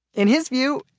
in his view,